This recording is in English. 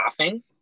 laughing